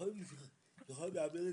המלווה שלי,